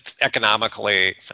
economically